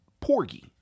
Porgy